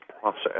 process